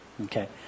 Okay